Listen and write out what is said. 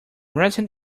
recent